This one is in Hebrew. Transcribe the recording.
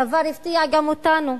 הדבר הפתיע גם אותנו,